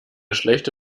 schlechte